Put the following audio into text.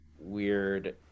weird